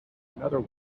another